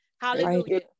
Hallelujah